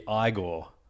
Igor